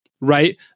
right